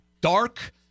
dark